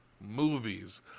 movies